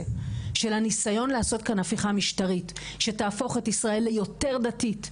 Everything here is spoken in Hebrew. של הניסיון לעשות כאן הפיכה משטרית שתהפוך את ישראל ליותר דתית,